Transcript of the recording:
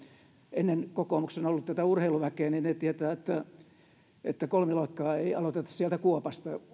ennen kokoomuksessa on ollut tätä urheiluväkeä niin että he tietävät että kolmiloikkaa ei aloiteta sieltä kuopasta